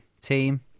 team